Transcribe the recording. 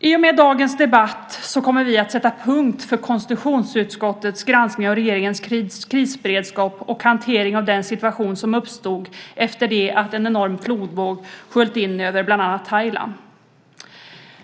I och med dagens debatt kommer vi att sätta punkt för konstitutionsutskottets granskning av regeringens krisberedskap och hantering av den situation som uppstod efter det att en enorm flodvåg sköljt in över bland annat Thailand.